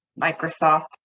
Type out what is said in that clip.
Microsoft